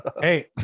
Hey